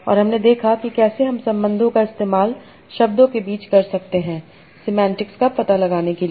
और हमने देखा कि कैसे हम संबंधों का इस्तेमाल शब्दों के बीच कर सकते हैं सेमांटिक्स का पता लगाने के लिए